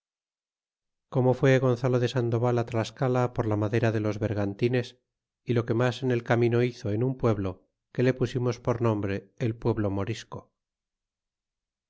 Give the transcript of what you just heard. como fue gonzalo de sandoval tlascala por la madera debo vergantin s y lo que mas en el camine hizo en un pueblo que le pusimos por nombre et pueblo morisco